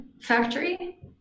factory